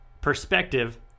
perspective